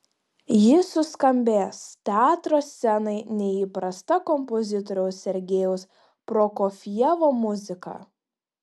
jis suskambės teatro scenai neįprasta kompozitoriaus sergejaus prokofjevo muzika